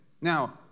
now